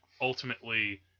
ultimately